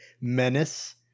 menace